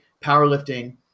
powerlifting